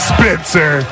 Spencer